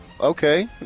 Okay